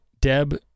Deb